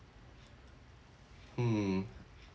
hmm